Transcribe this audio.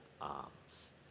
arms